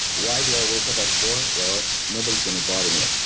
why do i wake up at four? well, nobody's going to bother me.